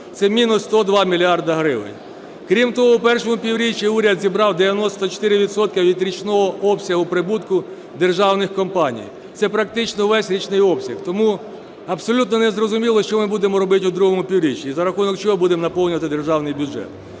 Це мінус 102 мільярда гривень. Крім того, у першому півріччі уряд зібрав 94 відсотка від річного обсягу прибутку державних компаній. Це практично весь річний обсяг. Тому абсолютно незрозуміло, що ми будемо робити у другому півріччі, і за рахунок чого будемо наповнювати державний бюджет.